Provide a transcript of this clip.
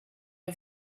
are